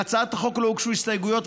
להצעת החוק לא הוגשו הסתייגויות,